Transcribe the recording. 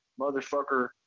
motherfucker